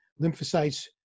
lymphocytes